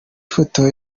foto